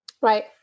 right